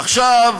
עכשיו,